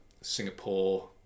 Singapore